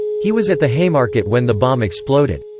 he was at the haymarket when the bomb exploded.